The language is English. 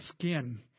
skin